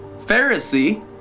Pharisee